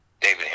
David